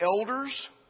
elders